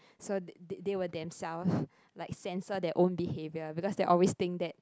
so they they they will themselves like censor their own behaviour because they always think that